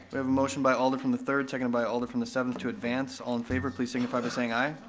we have a motion by alder from the third, second by alder from the seventh to advance, all in favor please signify by saying aye.